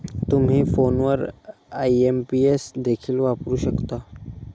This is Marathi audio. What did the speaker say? तुम्ही फोनवर आई.एम.पी.एस देखील वापरू शकता